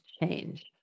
change